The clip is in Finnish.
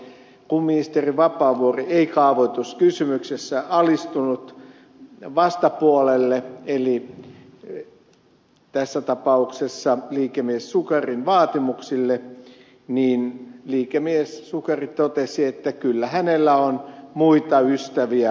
kun ministeri vapaavuori ei kaavoituskysymyksessä alistunut vastapuolelle eli tässä tapauksessa liikemies sukarin vaatimuksille niin liikemies sukari totesi että kyllä hänellä on muita ystäviä hallituksessa